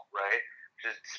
right